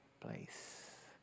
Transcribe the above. place